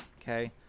okay